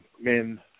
men